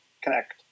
connect